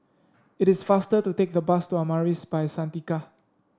it is faster to take the bus to Amaris By Santika